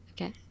Okay